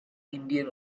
indian